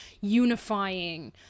unifying